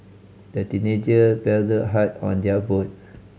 the teenager paddled hard on their boat